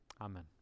Amen